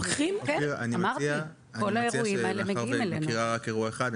מאחר והיא מכירה רק אירוע אחד,